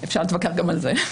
אפשר להתווכח גם על זה,